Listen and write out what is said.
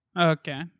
okay